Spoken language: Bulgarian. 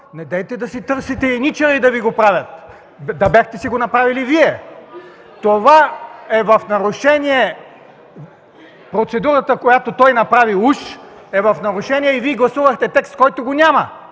Недейте да си търсите еничари да Ви го правят! Да бяхте си го направили Вие! Това е в нарушение: процедурата, която той направи уж, е в нарушение и Вие гласувахте текст, който го няма!